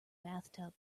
bathtub